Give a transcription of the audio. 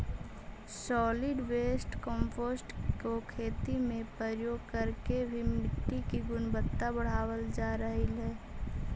solid waste compost को खेती में प्रयोग करके भी मिट्टी की गुणवत्ता बढ़ावाल जा रहलइ हे